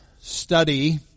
study